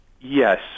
Yes